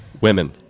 Women